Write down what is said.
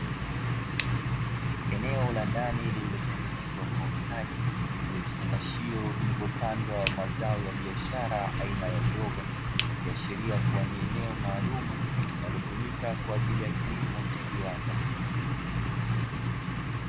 Eneo la ndani liliotengenezwa kwa ustadi, lenye vifungashio vilivyopandwa mazao ya biashara aina ya uyoga, ikiashiria kuwa ni eneo maalumu linalotumika kwa ajili ya kilimo cha viwanda.